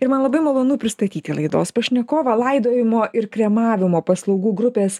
ir man labai malonu pristatyti laidos pašnekovą laidojimo ir kremavimo paslaugų grupės